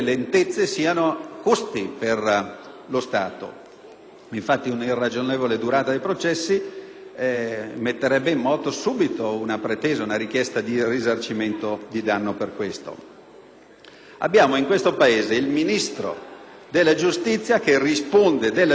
Infatti, un'irragionevole durata dei processi metterebbe subito in moto una richiesta di risarcimento di danno. Abbiamo in questo Paese il Ministro della giustizia che risponde della giustizia, ma che non ha la potestà di organizzarla.